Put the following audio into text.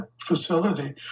facility